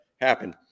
happen